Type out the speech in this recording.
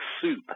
Soup